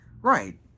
Right